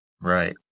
Right